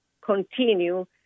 continue